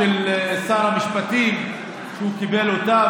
של שר המשפטים שהוא קיבל אותה,